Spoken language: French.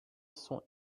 sont